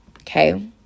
Okay